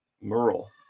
merle